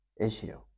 issue